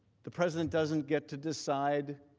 the president doesn't get to decide